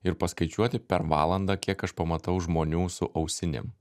ir paskaičiuoti per valandą kiek aš pamatau žmonių su ausinėm